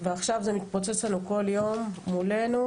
ועכשיו זה מתפוצץ לנו כל יום מולנו,